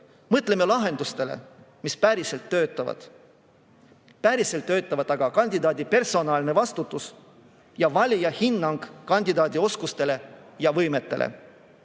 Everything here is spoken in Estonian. mõtleme lahendustele, mis päriselt töötavad. Päriselt töötavad aga kandidaadi personaalne vastutus ja valija hinnang kandidaadi oskustele ja võimetele.